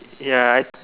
ya I